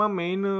main